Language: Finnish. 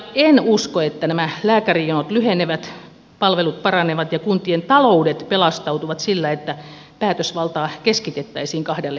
en usko että nämä lääkärijonot lyhenevät palvelut paranevat ja kuntien taloudet pelastautuvat sillä että päätösvaltaa keskitettäisiin kahdelle puolueelle